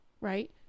right